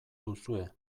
duzue